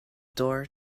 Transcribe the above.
door